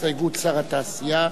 הסתייגות שר התעשייה,